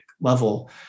level